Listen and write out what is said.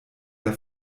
der